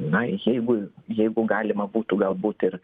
na jeigu jeigu galima būtų galbūt ir